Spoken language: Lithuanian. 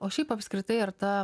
o šiaip apskritai ar ta